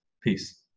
peace